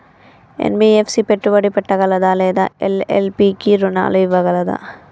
NBFC పెట్టుబడి పెట్టగలదా లేదా ఎల్.ఎల్.పి కి రుణాలు ఇవ్వగలదా?